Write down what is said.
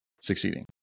succeeding